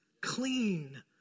clean